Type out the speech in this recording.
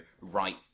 right